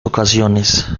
ocasiones